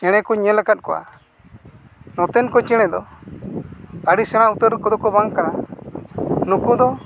ᱪᱮᱬᱮ ᱠᱚᱧ ᱧᱮᱞ ᱠᱟᱫ ᱠᱚᱣᱟ ᱱᱚᱛᱮᱱ ᱠᱚ ᱪᱮᱬᱮ ᱫᱚ ᱟᱹᱰᱤ ᱥᱮᱬᱟ ᱩᱛᱟᱹᱨ ᱠᱚᱫᱚ ᱠᱚ ᱵᱟᱝ ᱠᱟᱱᱟ ᱱᱩᱠᱩ ᱫᱚ